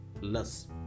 less